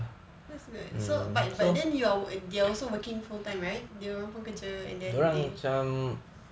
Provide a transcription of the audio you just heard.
that's good so but but then you are they're also working full time right dia orang pun kerja